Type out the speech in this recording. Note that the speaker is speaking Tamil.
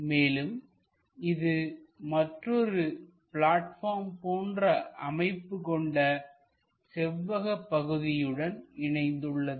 மேலும் இது மற்றொரு பிளாட்பார்ம் போன்ற அமைப்பு கொண்ட செவ்வக பகுதியுடன் இணைந்துள்ளது